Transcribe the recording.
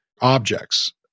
objects